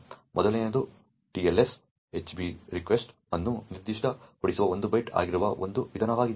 ಮೊದಲನೆಯದು TLS HB REQUEST ಅನ್ನು ನಿರ್ದಿಷ್ಟಪಡಿಸುವ 1 ಬೈಟ್ ಆಗಿರುವ ಒಂದು ವಿಧವಾಗಿದೆ